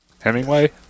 Hemingway